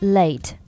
late